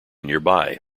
nearby